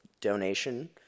donation